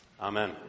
Amen